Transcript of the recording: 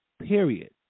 period